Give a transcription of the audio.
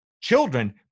children